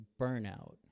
burnout